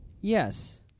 Yes